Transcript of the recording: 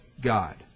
God